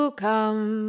come